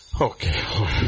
Okay